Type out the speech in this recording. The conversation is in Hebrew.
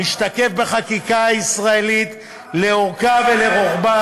המשתקף בחקיקה הישראלית לאורכה ולרוחבה,